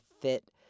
fit